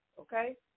okay